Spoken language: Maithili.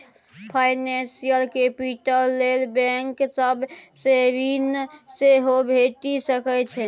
फाइनेंशियल कैपिटल लेल बैंक सब सँ ऋण सेहो भेटि सकै छै